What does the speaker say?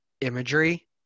imagery